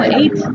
eight